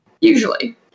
usually